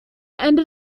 ended